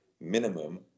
minimum